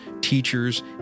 teachers